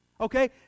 Okay